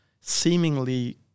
seemingly